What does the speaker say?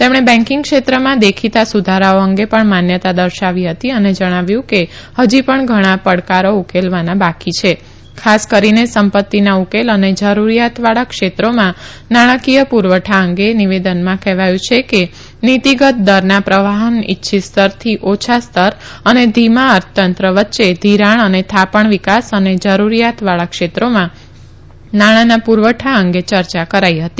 તેમણે બેકીંગ ક્ષેત્રમાં દેખીતા સુધારાઓ અંગે પણ માન્યતા દર્શાવી હતી અને જણાવ્યું કે હજી પણ ઘણા પડકારો ઉકેલવાના બાકી છે ખાસ કરીને સંપત્તિના ઉકેલ અને જરૂરીયાત વાળા ક્ષેત્રોમાં નાણાંકીય પુરવઠા અંગે નિવેદનમાં કહેવાયું છે કે નીતીગત દરના પ્રવાહન ઈચ્છીત સ્તરથી ઓછા સ્તર અને ધીમા અર્થતંત્ર વચ્ચે ધીરાણ અને થાપણ વિકાસ અને જરૂરીયાત વાળા ક્ષેત્રોમાં નાણાંના પુરવઠા અંગે ચર્ચા કરાઈ હતી